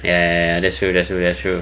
ya that's true that's true that's true